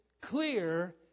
clear